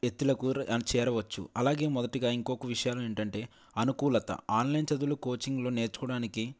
ఎత్తులకు చేరవచ్చు అలాగే మొదటిగా ఇంకొక విషయాలు ఏంటంటే అనుకూలత ఆన్లైన్ చదువులు కోచింగ్లు నేర్చుకోవడానికి